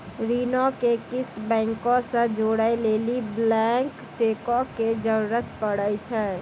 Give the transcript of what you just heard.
ऋणो के किस्त बैंको से जोड़ै लेली ब्लैंक चेको के जरूरत पड़ै छै